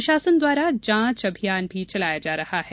प्रशासन द्वारा जांच अभियान भी चलाया जा रहा है